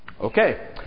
Okay